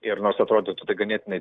ir nors atrodytų tai ganėtinai